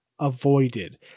avoided